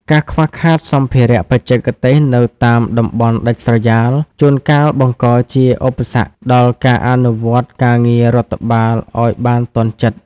ការខ្វះខាតសម្ភារៈបច្ចេកទេសនៅតាមតំបន់ដាច់ស្រយាល ជួនកាលបង្កជាឧបសគ្គដល់ការអនុវត្តការងាររដ្ឋបាលឱ្យបានទាន់ចិត្ត។